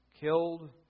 Killed